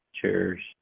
Cheers